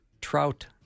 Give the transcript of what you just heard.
trout